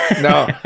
No